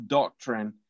doctrine